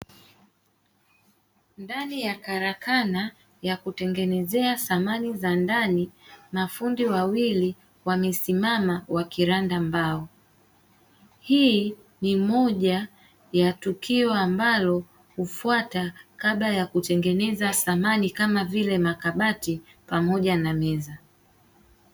Ndani ya karakana ya kutengenezea thamani za ndani mafundi wawili wamesimama wakiranda mbao, hii ni moja ya tukio ambalo hufuata kabla ya kutengeneza thamani kama vile makabati pamoja na meza.